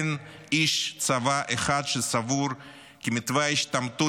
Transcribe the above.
אין איש צבא אחד שסבור כי מתווה ההשתמטות